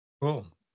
Cool